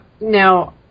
Now